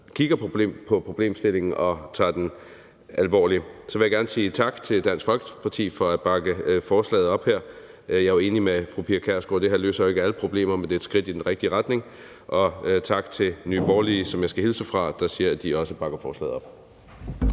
kigger på problemstillingen og tager den alvorligt. Så vil jeg gerne sige tak til Dansk Folkeparti for at bakke forslaget her op. Jeg er enig med fru Pia Kjærsgaard i, at det her jo ikke løser alle problemer, men at det er et skridt i den rigtige retning. Og tak til Nye Borgerlige, som jeg skal hilse fra, og som siger, at de også bakker forslaget op.